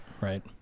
Right